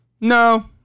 no